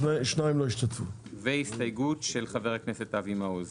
4 הסתייגויות של סיעת המחנה הממלכתי.